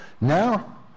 now